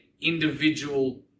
individual